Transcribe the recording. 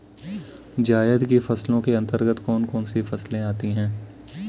जायद की फसलों के अंतर्गत कौन कौन सी फसलें आती हैं?